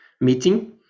meeting